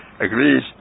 agrees